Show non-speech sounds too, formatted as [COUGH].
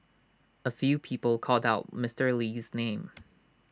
A few people called out Mister Lee's name [NOISE]